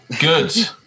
good